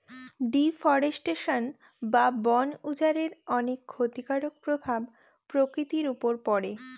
deforestation বা বন উজাড়ের অনেক ক্ষতিকারক প্রভাব প্রকৃতির উপর পড়ে